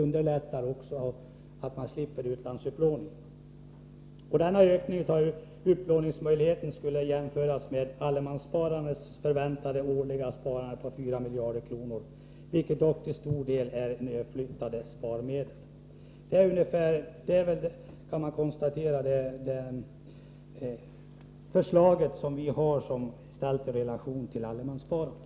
Man slipper alltså utlandsupplåning. Denna ökning av upplåningsmöjligheterna skall då jämföras med allemanssparandets förväntade årliga sparande på 4 miljarder kronor, vilket dock till stor del är överflyttade sparmedel. Detta belyser vårt förslag ställt i relation till allemanssparandet.